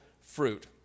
fruit